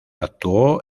actuó